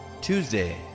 Tuesday